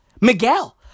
Miguel